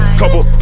couple